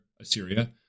Assyria